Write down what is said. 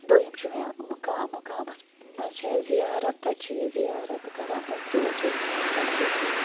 دوٚیِم چھُ مےٚ مُقام مُقامَس منٛز چھِ اسہِ زیارَت تَتہِ چھِ یہِ زیارَت کران تَتہِ تور چھِ أسۍ گژھرن تَتہِ چھِ أسۍ